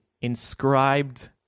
inscribed